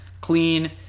clean